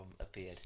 appeared